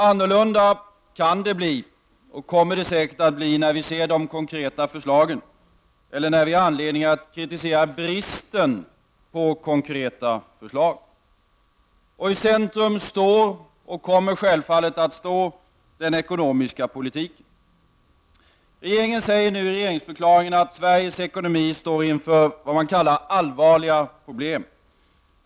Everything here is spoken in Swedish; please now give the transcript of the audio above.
Annorlunda kan det bli — och kommer säkert att bli — när vi ser de konkreta förslagen, eller när vi har anledning att kritisera bristen på konkreta förslag. I centrum står — och kommer självfallet att stå — den ekonomiska politiken. Regeringen säger i regeringsförklaringen att Sveriges ekonomi står inför ”allvarliga problem”.